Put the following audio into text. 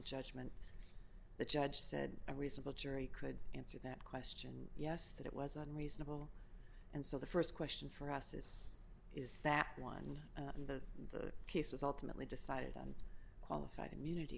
judgment the judge said a reasonable jury could answer that question yes that it was unreasonable and so the st question for us is is that one the case was ultimately decided on qualified immunity